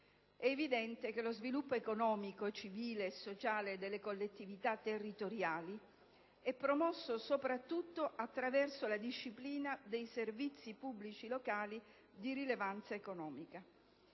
È evidente che lo sviluppo economico, civile e sociale delle collettività territoriali è promosso soprattutto attraverso la disciplina dei servizi pubblici locali di rilevanza economica;